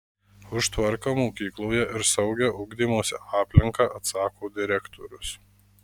už tvarką mokykloje ir saugią ugdymosi aplinką atsako direktorius